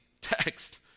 text